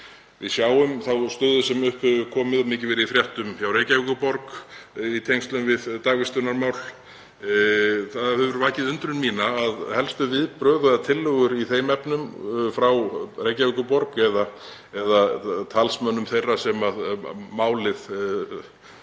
Við sjáum þá stöðu sem upp er komin, og hefur mikið verið í fréttum, hjá Reykjavíkurborg í tengslum við dagvistunarmál. Það hefur vakið undrun mína að helstu tillögur í þeim efnum frá Reykjavíkurborg eða talsmönnum þeirra er málið